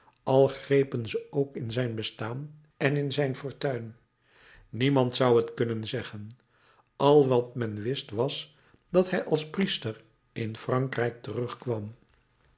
al grepen ze ook in zijn bestaan en in zijn fortuin niemand zou het kunnen zeggen al wat men wist was dat hij als priester in frankrijk terugkwam